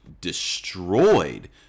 destroyed